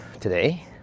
today